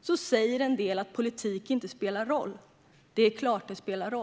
Sedan säger en del att politik inte spelar roll, men det är klart det spelar roll.